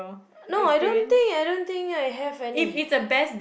no I don't think I don't think I have any